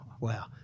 wow